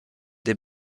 des